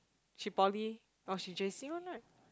she poly oh she J_C one right